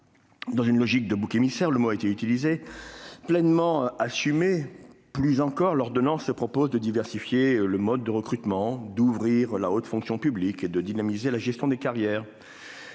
une logique de bouc émissaire, il a tenu sa promesse. Plus encore, l'ordonnance propose de diversifier le mode de recrutement, d'ouvrir la haute fonction publique et de dynamiser la gestion des carrières.